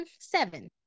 seven